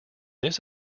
this